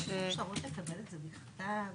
יש אפשרות לקבל את זה בכתב במצגת?